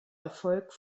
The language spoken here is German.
erfolg